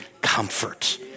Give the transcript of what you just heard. comfort